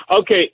Okay